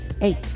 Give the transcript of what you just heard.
eight